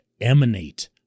emanate